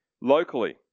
Locally